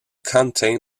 contain